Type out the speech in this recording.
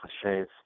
cliches